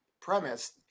premise